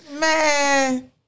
man